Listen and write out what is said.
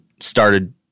started